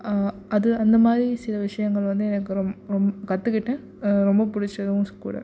அது அந்த மாதிரி சில விஷயங்கள் வந்து எனக்கு ரொம் ரொம் கற்றுக்கிட்டேன் ரொம்ப பிடிச்சதாவும் ஸ் கூட